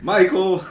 Michael